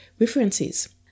references